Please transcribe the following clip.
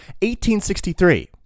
1863